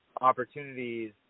opportunities